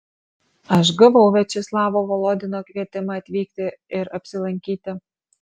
aš gavau viačeslavo volodino kvietimą atvykti ir apsilankyti